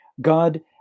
God